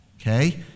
okay